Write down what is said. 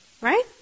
Right